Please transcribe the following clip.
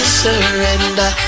surrender